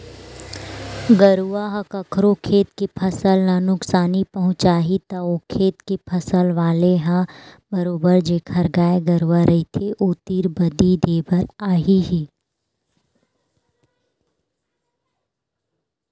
गरुवा ह कखरो खेत के फसल ल नुकसानी पहुँचाही त ओ खेत के फसल वाले ह बरोबर जेखर गाय गरुवा रहिथे ओ तीर बदी देय बर आही ही